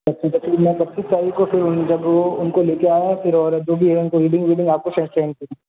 पच्चीस तारीख को उनको फिर उनको उनको ले कर आएंगे फिर और जो भी है उनकी रीडिंग आप को सेंड करेंगे